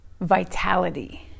vitality